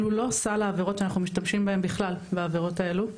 אלו לא סל העבירות שאנחנו משתמשים בהם בכלל בעבירות האלו,